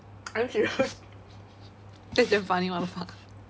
are you serious that's damn funny what the fuck